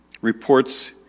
reports